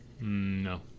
no